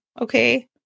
okay